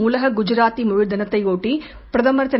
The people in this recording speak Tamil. உலக குஜராத்தி மொழி தினத்தையொட்டி பிரதமர் திரு